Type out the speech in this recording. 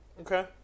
Okay